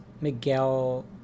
miguel